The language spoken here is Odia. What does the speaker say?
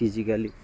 ଫିଜିକାଲି